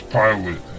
pilot